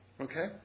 Okay